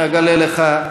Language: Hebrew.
אני אגלה לך.